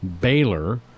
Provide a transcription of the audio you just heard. Baylor